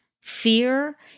fear